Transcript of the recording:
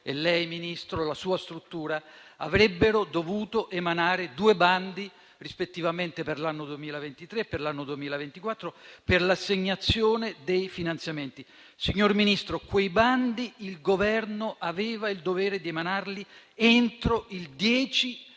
signor Ministro, e la sua struttura, avrebbero dovuto emanare due bandi rispettivamente per l'anno 2023 e per l'anno 2024 per l'assegnazione dei finanziamenti. Signor Ministro, quei bandi il Governo aveva il dovere di emanarli entro il 10